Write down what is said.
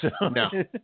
no